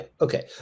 okay